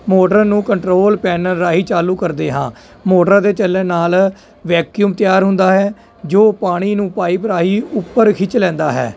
motor ਨੂੰ control panel ਰਾਹੀ ਚਾਲੂ ਕਰਦੇ ਹਾਂ ਮੋਟਰਾਂ 'ਤੇ ਚੱਲਣ ਨਾਲ ਵੈਕਿਊਮ ਤਿਆਰ ਹੁੰਦਾ ਹੈ ਜੋ ਪਾਣੀ ਨੂੰ ਪਾਈਪ ਰਾਹੀਂ ਉੱਪਰ ਖਿੱਚ ਲੈਂਦਾ ਹੈ